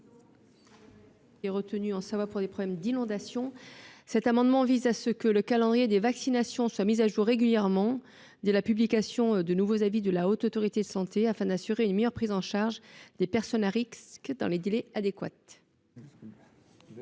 elle est retenue en Savoie en raison de problèmes liés aux inondations. Cet amendement vise à ce que le calendrier des vaccinations soit mis à jour régulièrement, dès la publication de nouveaux avis de la Haute Autorité de santé (HAS), afin d’assurer une meilleure prise en charge des personnes à risques dans les délais adéquats.